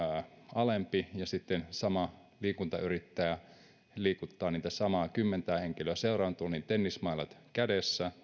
alempi ja sitten kun sama liikuntayrittäjä liikuttaa niitä samaa kymmentä henkilöä seuraavan tunnin tennismaila kädessä